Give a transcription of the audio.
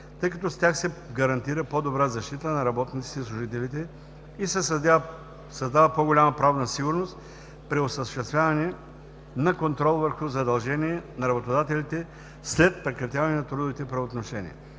тъй като с тях се гарантира по-добра защита на работниците и служителите и се създава по-голяма правна сигурност при осъществяване на контрол върху задължения на работодателите след прекратяване на трудовите правоотношения.